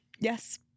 Yes